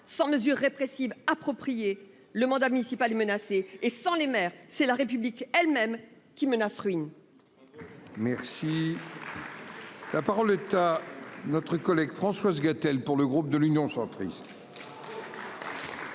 sans mesures répressives appropriées le mandat municipal est menacée et sans les maires, c'est la République elle-même qui menace ruine. Merci. La parole est à. Notre collègue Françoise Gatel pour le groupe de l'Union centriste.